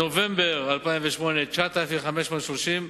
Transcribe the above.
בנובמבר 2008, 9,530,